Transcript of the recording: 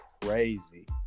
crazy